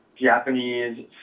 Japanese